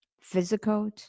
Physical